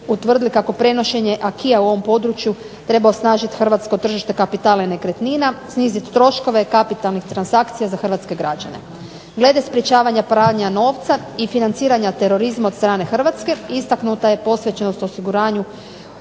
utvrdili kako prenošenje acquisa u ovom području treba osnažiti hrvatsko tržište kapitala i nekretnina, sniziti troškove kapitalnih transakcija za hrvatske građane. Glede sprečavanja pranja novca i financiranja terorizma od strane Hrvatske istaknuta je posvećenost osiguravanju